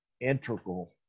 integral